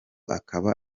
akaba